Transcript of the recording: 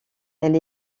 elle